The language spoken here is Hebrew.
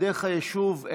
שדרך היישוב,